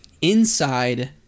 Inside